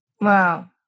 Wow